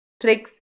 tricks